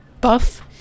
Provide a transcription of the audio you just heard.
buff